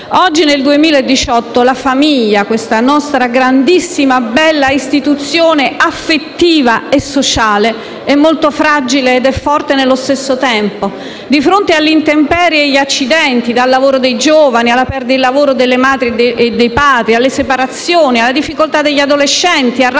Oggi, nel 2018, la famiglia, questa nostra grandissima e bella istituzione affettiva e sociale, è molto fragile ed è forte nello stesso tempo, di fronte alle intemperie e agli accidenti, dal lavoro dei giovani, alla perdita del lavoro delle madri e dei padri, alle separazioni, alla difficoltà degli adolescenti, al rapporto